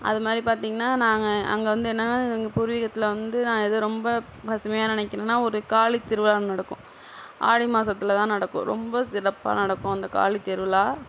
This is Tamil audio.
அது மாதிரி பார்த்தீங்கன்னா நாங்கள் அங்கே வந்து என்னானால் எங்கள் பூர்வீகத்தில் வந்து நான் எது ரொம்ப பசுமையாக நினைக்கிறனா ஒரு காளி திருவிழா நடக்கும் ஆடி மாசத்தில்தான் நடக்கும் ரொம்ப சிறப்பாக நடக்கும் அந்த காளித்திருவிழா